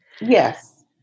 Yes